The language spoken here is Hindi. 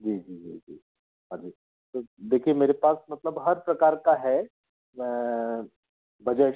जी जी जी जी हाँ जी तो देखिए मेरे पास मतलब हर प्रकार का है बजट